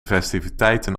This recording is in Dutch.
festiviteiten